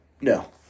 No